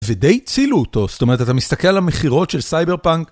ודי הצילו אותו, זאת אומרת אתה מסתכל על המכירות של סייבר-פאנק